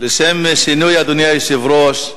לשם שינוי, אדוני היושב-ראש,